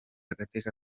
agateka